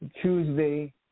Tuesday